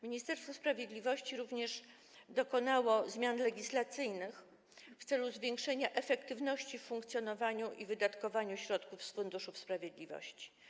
Ministerstwo Sprawiedliwości również dokonało zmian legislacyjnych w celu zwiększenia efektywności w funkcjonowaniu i wydatkowaniu środków z Funduszu Sprawiedliwości.